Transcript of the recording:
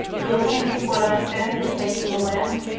you'll think of what i said of taking the land?